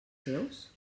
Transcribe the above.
seus